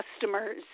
customers